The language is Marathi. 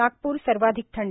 नागपूर सर्वाधिक थंड